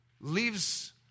leaves